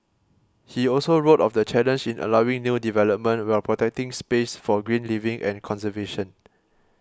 he also wrote of the challenge in allowing new development while protecting space for green living and conservation